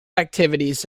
activities